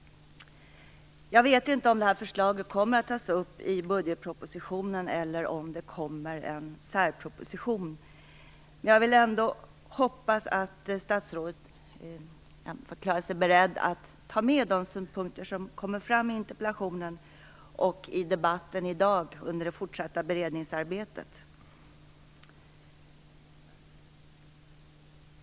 Jag vet inte om förslaget kommer att tas upp i budgetpropositionen eller om det kommer en särproposition, men jag vill ändå hoppas att statsrådet förklarar sig beredd att ta med de synpunkter som kommer fram i interpellationen och i debatten i dag under det fortsatta beredningsarbetet.